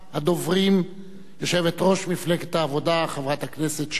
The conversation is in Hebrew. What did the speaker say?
יושבת-ראש מפלגת העבודה, חברת הכנסת שלי יחימוביץ.